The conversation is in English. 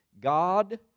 God